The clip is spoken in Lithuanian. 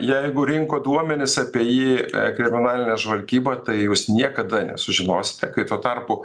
jeigu rinko duomenis apie jį kriminalinė žvalgyba tai jūs niekada nesužinosite kai tuo tarpu